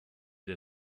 der